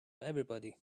everybody